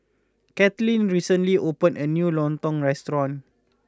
Kalyn recently opened a new Lontong restaurant